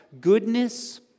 Goodness